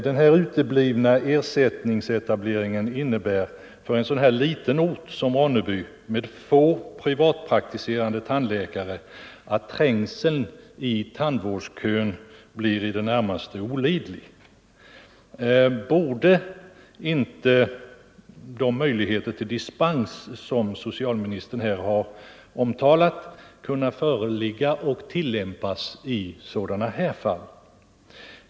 Den uteblivna ersättningsetableringen innebär för en så liten ort som Ronneby med få privatpraktiserande tandläkare, att trängseln i tandvårdskön blir närmast olidlig. Borde inte de möjligheter till dispens som socialministern nyss redovisat föreligga i fall som dessa?